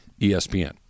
ESPN